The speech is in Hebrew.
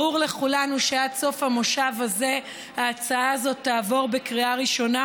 ברור לכולנו שעד סוף המושב הזה ההצעה הזאת תעבור בקריאה ראשונה,